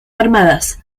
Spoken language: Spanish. armadas